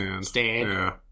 stand